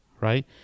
right